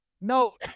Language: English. No